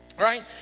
right